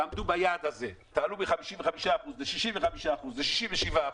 שתעמדו ביעד הזה ותעלו מ-55% ל-65%, ל-67%.